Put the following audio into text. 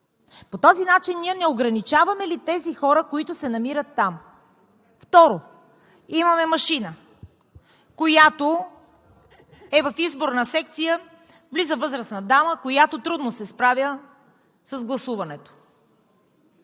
По този начин ние не ограничаваме ли тези хора, които се намират там? Второ, имаме машина, която е в изборна секция. Влиза възрастна дама, която трудно се справя с гласуването.